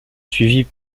suivies